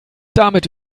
damit